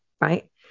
right